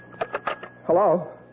hello